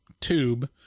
tube